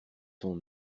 ton